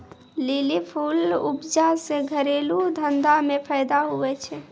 lily फूल उपजा से घरेलू धंधा मे फैदा हुवै छै